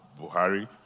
Buhari